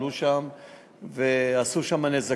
הם עלו ועשו שם נזקים,